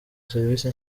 serivisi